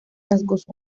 rasgos